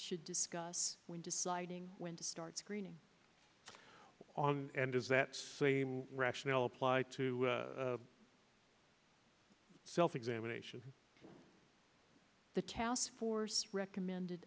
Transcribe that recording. should discuss when deciding when to start screening on and is that same rationale applied to self examination the task force recommended